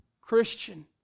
Christian